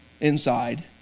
inside